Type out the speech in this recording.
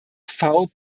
foul